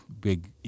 big